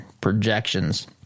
projections